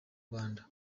rwanda